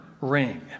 ring